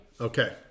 Okay